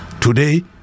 Today